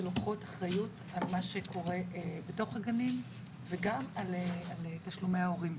שלוקחות אחריות על מה שקורה בתוך הגנים וגם על תשלומי ההורים.